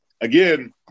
again